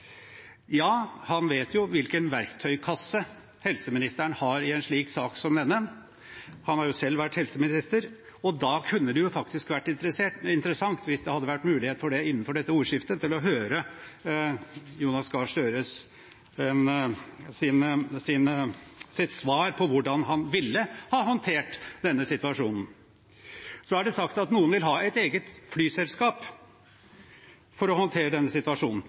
Ja, han vet jo hvilken verktøykasse helseministeren har i en sak som denne – han har jo selv vært helseminister – og da kunne det faktisk vært interessant, hvis det hadde vært mulighet for det innenfor dette ordskiftet, å høre Jonas Gahr Støres svar på hvordan han ville ha håndtert denne situasjonen. Så er det sagt at noen vil ha et eget flyselskap for å håndtere denne situasjonen.